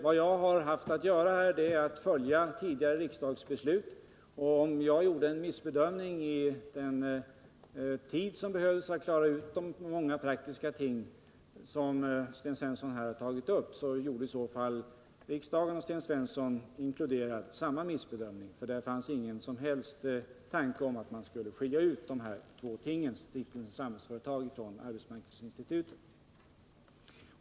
Vad jag här hade att göra var att följa tidigare riksdagsbeslut. Om jag gjorde en missbedömning när det gäller den tid som behövdes för att klara ut de många praktiska ting som Sten Svensson här har tagit upp, så gjorde i så fall riksdagens ledamöter, Sten Svensson inkluderad, samma missbedömning, för då fanns ingen som helst tanke på att skilja Stiftelsen Samhällsföretag från arbetsmarknadsinstitutet.